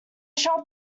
shall